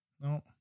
No